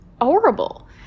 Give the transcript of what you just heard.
horrible